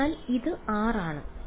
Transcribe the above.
അതിനാൽ ഇത് r ആണ്